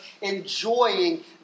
enjoying